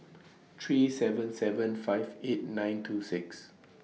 three seven seven five eight nine two six